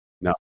No